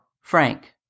Frank